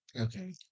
Okay